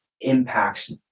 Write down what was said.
impacts